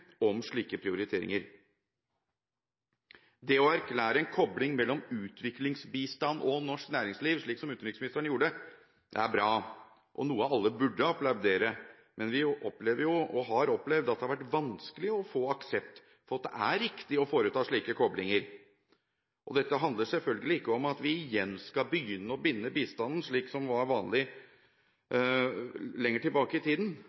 slike prioriteringer. Det å erklære en kobling mellom utviklingsbistand og norsk næringsliv, slik som utenriksministeren gjorde, er bra og noe alle burde applaudere. Men vi opplever – og har opplevd – at det har vært vanskelig å få aksept for at det er riktig å foreta slike koblinger. Dette handler selvfølgelig ikke om at vi igjen skal begynne å binde bistanden, slik som var vanlig lenger tilbake i tiden,